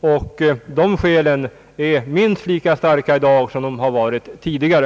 Skälen härför är minst lika starka i dag som de har varit tidigare.